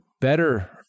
Better